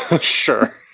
Sure